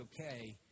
okay